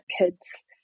kids